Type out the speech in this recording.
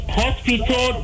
hospital